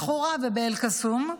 לחורה ולאל-קסום,